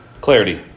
Clarity